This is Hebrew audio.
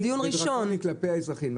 -- שהוא מאוד מאוד פוגעני ודרקוני כלפי האזרחים,